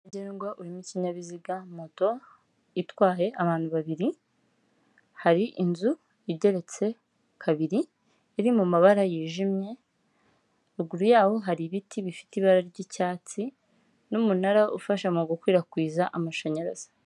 Ngo uyurimo ikinyabiziga moto itwaye abantu babiri hari inzu igeretse kabiri iri mu mabara yijimye ruguru yaho hari ibiti bifite ibara ry'icyatsi n'umunara ufasha mu gukwirakwiza amashanyarazi.